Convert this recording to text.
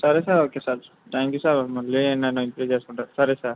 సరే sir okay sir thank you sir మళ్ళీ నేను ఇంప్రూవ్ చేసుకుంటాను సరే సార్